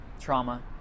trauma